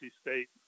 State